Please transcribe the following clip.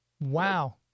Wow